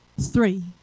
three